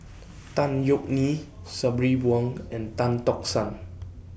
Tan Yeok Nee Sabri Buang and Tan Tock San